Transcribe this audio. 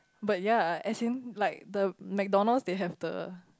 but ya as in like the McDonalds they have the